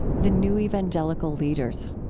the new evangelical leaders.